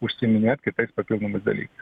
užsiiminėt kitais papildomais dalykais